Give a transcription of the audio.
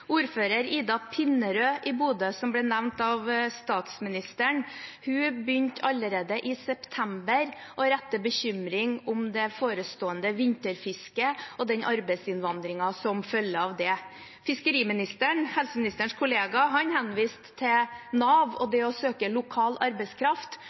Ordfører Ida Pinnerød i Bodø ble nevnt av statsministeren. Hun begynte allerede i september å ytre bekymring for det forestående vinterfisket og den arbeidsinnvandringen som følger av det. Fiskeriministeren, helseministerens kollega, henviste til Nav og